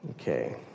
Okay